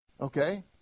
Okay